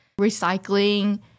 Recycling